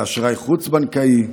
באשראי חוץ-בנקאי.